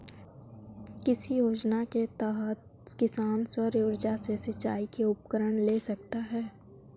किस योजना के तहत किसान सौर ऊर्जा से सिंचाई के उपकरण ले सकता है?